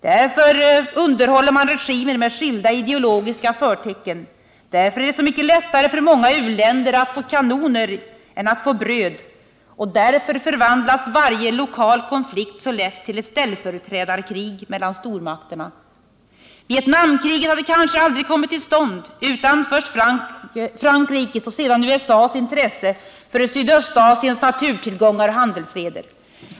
Därför underhåller man regimer med skilda ideologiska förtecken, därför är det så mycket lättare för många u-länder att få kanoner än att få bröd och därför förvandlas varje lokal konflikt så lätt till ett ställföreträdarkrig mellan stormakterna. Vietnamkriget hade kanske aldrig kommit till stånd utan först Frankrikes och sedan USA:s intresse för Sydostasiens naturtillgångar och handelsleder.